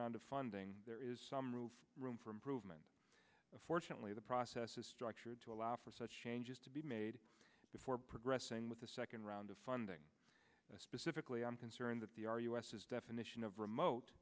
round of funding there is some room room for improvement fortunately the process is structured to allow for such changes to be made before progressing with the second round of funding specifically i'm concerned that the u s is definition of remote